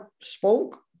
spoke